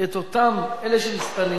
זה מה שאתם יכולים לעשות.